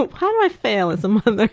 but how do i fail as a mother?